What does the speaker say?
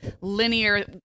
linear